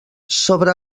sobre